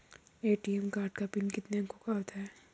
ATM card का PIN कितने अंकों का होता है?